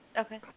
Okay